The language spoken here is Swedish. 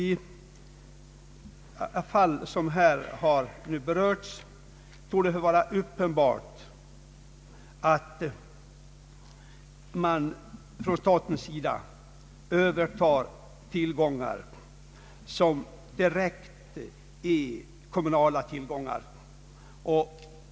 I sådana fall som jag här berört torde det vara uppenbart att staten direkt övertar kommunala tillgångar.